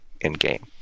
in-game